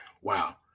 wow